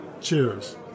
Cheers